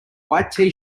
white